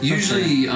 Usually